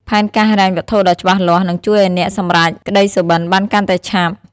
ផែនការហិរញ្ញវត្ថុដ៏ច្បាស់លាស់ នឹងជួយអ្នកឱ្យសម្រេចក្ដីសុបិនបានកាន់តែឆាប់។